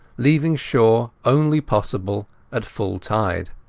leaving shore only possible at full tide.